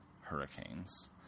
Hurricanes